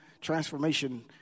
transformation